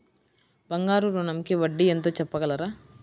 బంగారు ఋణంకి వడ్డీ ఎంతో చెప్పగలరా?